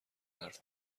حرف